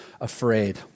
afraid